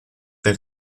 der